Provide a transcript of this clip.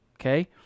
Okay